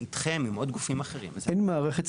איתכם ועם עוד גופים אחרים --- אין מערכת.